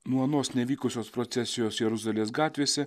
nuo anos nevykusios procesijos jeruzalės gatvėse